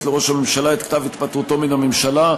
לראש הממשלה את כתב התפטרותו מן הממשלה,